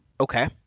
Okay